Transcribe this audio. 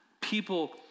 People